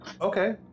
okay